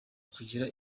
kugira